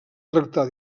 tractar